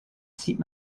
sieht